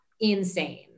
insane